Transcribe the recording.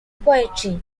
poetry